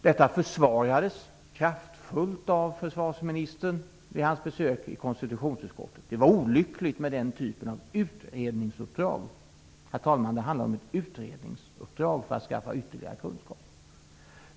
Detta försvarades kraftfullt av försvarsministern vid hans besök i konstitutionsutskottet, då han menade att det var olyckligt med den typen av utredningsuppdrag. Herr talman! Det handlar om ett utredningsuppdrag för att skaffa ytterligare kunskap.